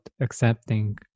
accepting